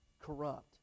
corrupt